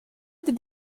did